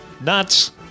Nuts